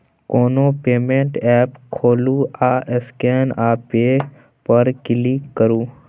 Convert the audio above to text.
कोनो payment app खोलु आ स्कैन आ पे पर क्लिक करु